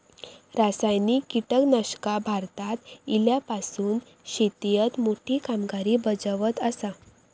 रासायनिक कीटकनाशका भारतात इल्यापासून शेतीएत मोठी कामगिरी बजावत आसा